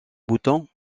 boutons